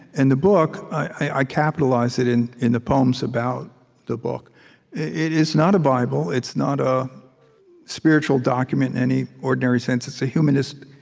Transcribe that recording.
and the book i capitalize it in in the poems about the book it's not a bible it's not a spiritual document in any ordinary sense it's a humanist,